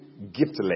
giftless